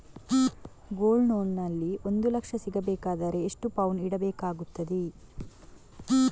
Gold loan ನಲ್ಲಿ ಒಂದು ಲಕ್ಷ ಸಿಗಬೇಕಾದರೆ ಎಷ್ಟು ಪೌನು ಇಡಬೇಕಾಗುತ್ತದೆ?